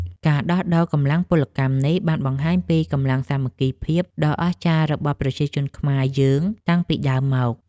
ការដោះដូរកម្លាំងពលកម្មនេះ បានបង្ហាញពីកម្លាំងសាមគ្គីភាពដ៏អស្ចារ្យរបស់ប្រជាជនខ្មែរយើងតាំងពីដើមមក។